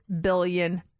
billion